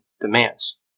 demands